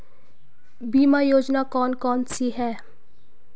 बीमा योजना कौन कौनसी हैं?